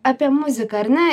apie muziką ar ne